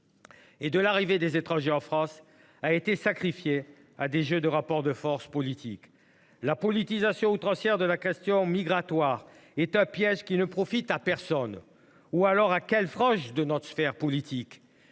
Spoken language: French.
et de l’arrivée des étrangers en France a été sacrifiée à des jeux de rapports de force politique. La politisation outrancière de la question migratoire est un piège qui ne profite à personne, sauf à une certaine frange de notre spectre politique.